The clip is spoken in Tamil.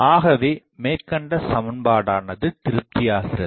ஆகவேமேற்கண்ட சமன்பாடானது திருப்தியாகிறது